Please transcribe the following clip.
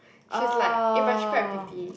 she's like eh but she quite pretty